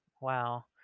Wow